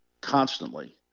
constantly